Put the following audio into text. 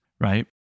right